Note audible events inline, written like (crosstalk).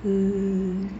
(noise)